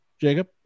Jacob